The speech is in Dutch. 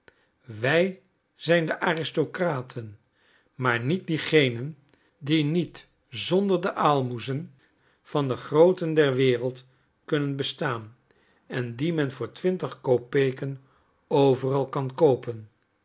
wij zijn de aristocraten maar niet diegenen die niet zonder de aalmoezen van de grooten der wereld kunnen bestaan en die men voor twintig kopeken overal kan koopen